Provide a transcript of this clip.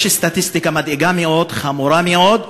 יש סטטיסטיקה מדאיגה מאוד, חמורה מאוד,